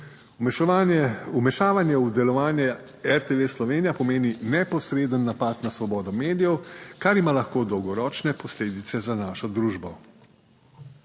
Vmešavanje v delovanje RTV Slovenija pomeni neposreden napad na svobodo medijev, kar ima lahko dolgoročne posledice za našo družbo.